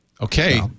Okay